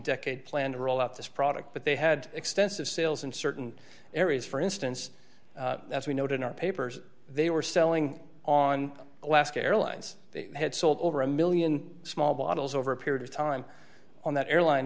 decade plan to roll out this product but they had extensive sales in certain areas for instance as we noted in our papers they were selling on alaska airlines they had sold over a one million small bottles over a period of time on that airline